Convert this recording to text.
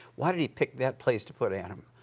why did he pick that place to put adam?